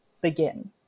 begin